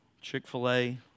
Chick-fil-A